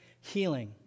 Healing